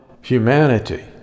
humanity